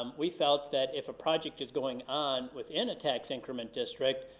um we felt that if project is going on within a tax increment district,